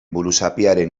buruzapiaren